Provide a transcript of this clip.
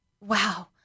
wow